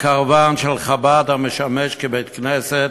הקרוון של חב"ד המשמש כבית-כנסת